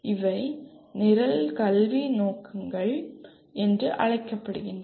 இவை நிரல் கல்வி நோக்கங்கள் என்று அழைக்கப்படுகின்றன